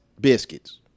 biscuits